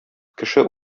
кеше